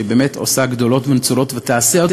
שבאמת עושה גדולות ונצורות ותעשה עוד